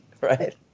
right